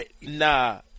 Nah